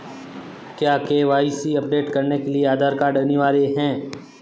क्या KYC update करने के लिए आधार कार्ड अनिवार्य है?